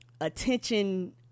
attention